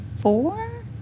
four